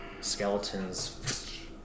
Skeletons